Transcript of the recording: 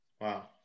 Wow